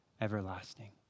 everlasting